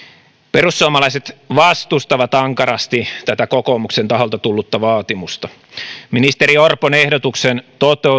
perussuomalaiset vastustavat ankarasti tätä kokoomuksen taholta tullutta vaatimusta ministeri orpon ehdotuksen